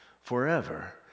forever